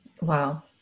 Wow